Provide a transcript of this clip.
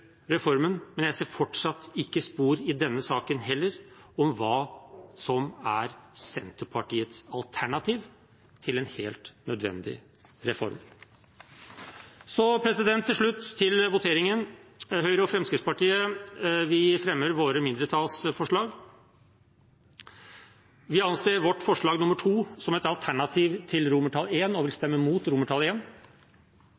reformen, men jeg ser fortsatt ikke spor – i denne saken heller – av hva som er Senterpartiets alternativ til en helt nødvendig reform. Til slutt om voteringen: Høyre og Fremskrittspartiet fremmer sine mindretallsforslag. Vi anser vårt forslag nr. 2 som et alternativ til I og vil